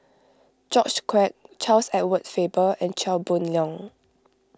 George Quek Charles Edward Faber and Chia Boon Leong